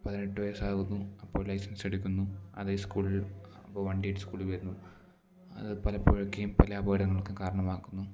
പതിനെട്ട് വയസ്സാകുന്നു അപ്പം ലൈസൻസ് എടുക്കുന്നു അതേ സ്കൂളിൽ അപ്പോൾ വണ്ടി ആയിട്ട് സ്കൂളിൽ വരുന്നു അത് പലപ്പോഴൊക്കെയും പല അപകടങ്ങൾക്കും കാരണമാക്കുന്നു